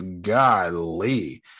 Golly